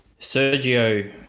sergio